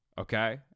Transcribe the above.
okay